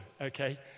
okay